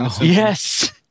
Yes